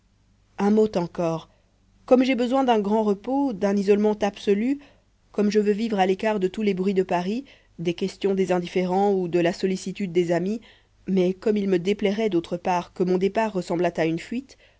un mot encore comme j'ai besoin d'un grand repos d'un isolement absolu comme je veux vivre à l'écart de tous les bruits de paris des questions des indifférents ou de la sollicitude des amis mais comme il me déplairait d'autre part que mon départ ressemblât à une fuite